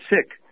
sick